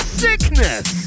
sickness